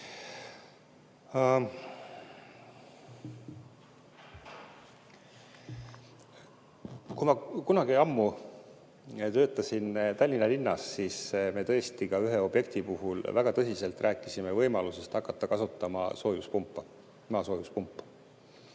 Kui ma kunagi ammu töötasin Tallinna linnas, siis me tõesti ühe objekti puhul väga tõsiselt rääkisime võimalusest hakata kasutama soojuspumpa, maasoojuspumpa.